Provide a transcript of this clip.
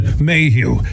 Mayhew